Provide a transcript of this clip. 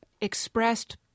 expressed